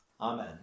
Amen